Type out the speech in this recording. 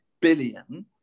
billion